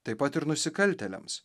taip pat ir nusikaltėliams